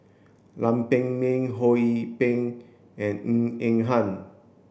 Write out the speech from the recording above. Lam Pin Min Ho Yee Ping and Ng Eng Hen